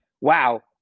wow